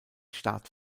staat